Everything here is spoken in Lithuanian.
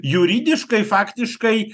juridiškai faktiškai